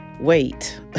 Wait